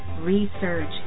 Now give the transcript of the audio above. research